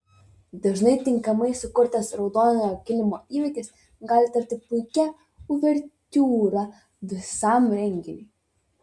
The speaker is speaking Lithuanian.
dažnai tinkamai sukurtas raudonojo kilimo įvykis gali tapti puikia uvertiūra visam renginiui